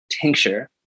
tincture